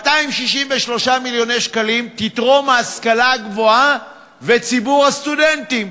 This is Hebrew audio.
263 מיליון שקלים יתרמו ההשכלה הגבוהה וציבור הסטודנטים,